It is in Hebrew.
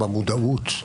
במודעות,